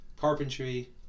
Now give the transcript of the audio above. carpentry